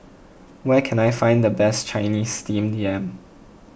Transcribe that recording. where can I find the best Chinese Steamed Yam